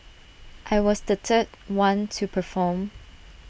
I was the third one to perform